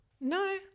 no